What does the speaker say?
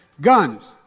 Guns